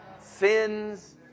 sins